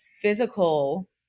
physical